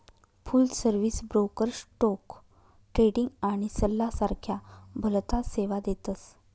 फुल service broker stock trading आणि सल्ला सारख्या भलताच सेवा देतस